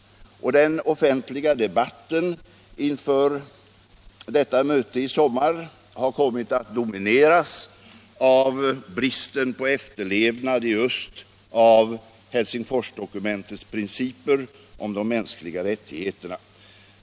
Den offentliga debatten inför mötet i sommar har kommit att domineras av bristen på efterlevnad i öst av Helsingforsdokumentets principer om de mänskliga rättigheterna.